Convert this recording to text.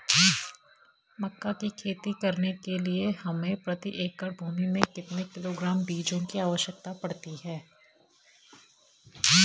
मक्का की खेती करने के लिए हमें प्रति एकड़ भूमि में कितने किलोग्राम बीजों की आवश्यकता पड़ती है?